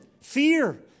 Fear